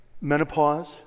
Menopause